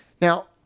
Now